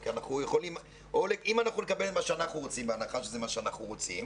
אם אנחנו נקבל את מה שאנחנו רוצים בהנחה שזה מה שאנחנו רוצים,